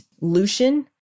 Lucian